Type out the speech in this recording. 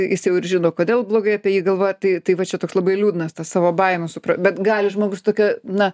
jis jau ir žino kodėl blogai apie jį galvoja tai tai va čia toks labai liūdnas tas savo baimių supra bet gali žmogus tokia na